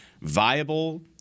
viable